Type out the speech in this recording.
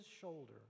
shoulder